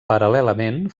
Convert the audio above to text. paral·lelament